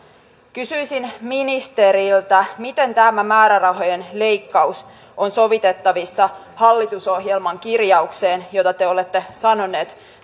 kysyisin ministeriltä miten tämä määrärahojen leikkaus on sovitettavissa hallitusohjelman kirjaukseen jota te olette sanonut